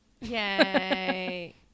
Yay